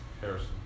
Harrison